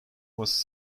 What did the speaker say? was